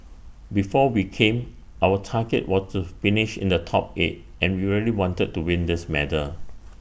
before we came our target was to finish in the top eight and we really wanted to win this medal